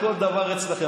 כל דבר אצלכם,